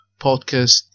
podcast